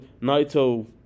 Naito